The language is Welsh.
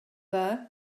dda